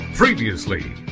Previously